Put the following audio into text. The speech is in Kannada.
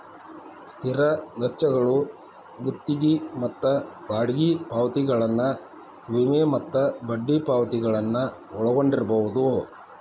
ಸ್ಥಿರ ವೆಚ್ಚಗಳು ಗುತ್ತಿಗಿ ಮತ್ತ ಬಾಡಿಗಿ ಪಾವತಿಗಳನ್ನ ವಿಮೆ ಮತ್ತ ಬಡ್ಡಿ ಪಾವತಿಗಳನ್ನ ಒಳಗೊಂಡಿರ್ಬಹುದು